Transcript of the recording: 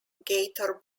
gator